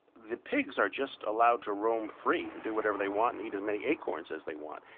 the pigs are just allowed to roam free, and do whatever they want and eat as many acorns as they want.